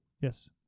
Yes